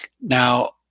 now